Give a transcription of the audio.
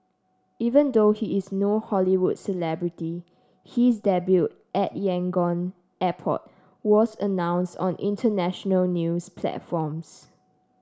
even though he is no Hollywood celebrity his debut at Yangon airport was announced on international news platforms